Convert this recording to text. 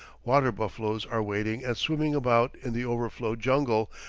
water-buffaloes are wading and swimming about in the overflowed jungle,